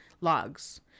logs